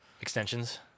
Extensions